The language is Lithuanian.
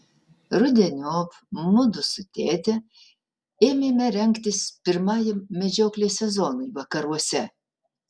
rudeniop mudu su tėte ėmėme rengtis pirmajam medžioklės sezonui vakaruose